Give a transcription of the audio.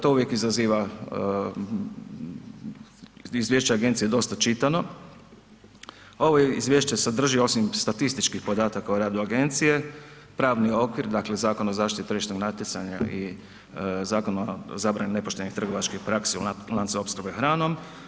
To uvijek izaziva izvješće agencije je dosta čitano, ovo izvješće sadrži osim statističkih podataka o radu agencije, pravni okvir, dakle Zakon o zaštiti tržišnog natjecanja i Zakon o zabrani nepoštenih trgovačkih praksi u lancu opskrbe hranom.